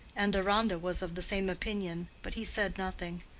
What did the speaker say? and deronda was of the same opinion, but he said nothing.